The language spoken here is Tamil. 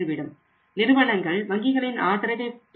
நிறுவனங்கள் நிறுவனங்கள் வங்கிகளின் ஆதரவை பெறும்